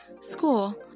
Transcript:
school